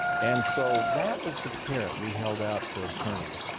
and so that was the carrot we held out for attorneys.